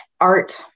art